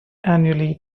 annually